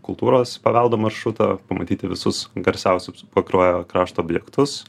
kultūros paveldo maršrutą pamatyti visus garsiausius pakruojo krašto objektus